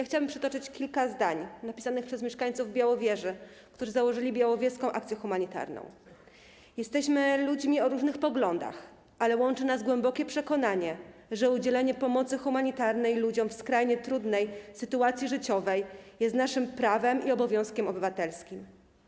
Chciałabym przytoczyć kilka zdań napisanych przez mieszkańców Białowieży, którzy założyli Białowieską Akcję Humanitarną: Jesteśmy ludźmi o różnych poglądach, ale łączy nas głębokie przekonanie, że udzielanie pomocy humanitarnej ludziom w skrajnie trudnej sytuacji życiowej jest naszym prawem i obowiązkiem obywatelskim.